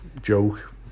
joke